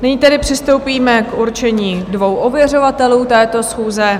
Nyní tedy přistoupíme k určení dvou ověřovatelů této schůze.